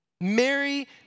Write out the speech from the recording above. Mary